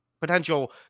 potential